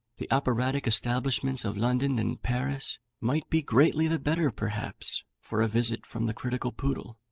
the operatic establishments of london and paris might be greatly the better, perhaps, for a visit from the critical poodle.